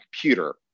computer